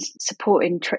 supporting